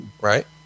Right